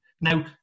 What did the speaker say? now